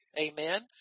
Amen